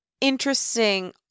interesting